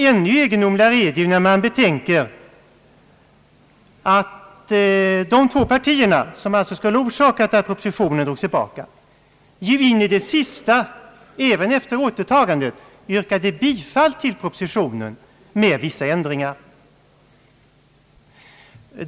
Ännu egendomligare ter det sig när man betänker att de två partierna, som alltså skulle ha orsakat att propositionen drogs tillbaka, in i det sista — även efter återtagandet — yrkade bifall till propositionen med vissa ändringar.